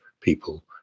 people